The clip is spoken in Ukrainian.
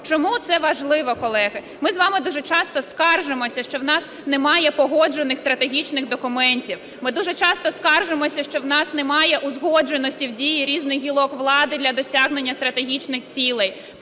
Чому це важливо, колеги? Ми з вами дуже часто скаржимося, що у нас немає погоджених стратегічних документів, ми дуже часто скаржимося, що у нас немає узгодженостей в діях різних гілок влади для досягнення стратегічних цілей.